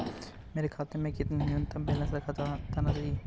मेरे खाते में कितना न्यूनतम बैलेंस रखा जाना चाहिए?